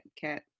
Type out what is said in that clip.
Cat